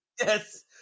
yes